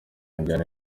njyana